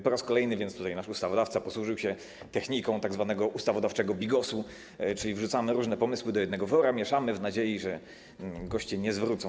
Po raz kolejny więc nasz ustawodawca posłużył się techniką tzw. ustawodawczego bigosu, czyli wrzucamy różne pomysły do jednego wora i mieszamy w nadziei, że goście tego nie zwrócą.